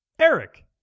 Eric